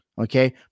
okay